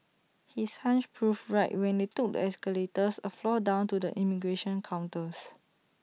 his hunch proved right when they took escalators A floor down to the immigration counters